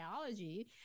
biology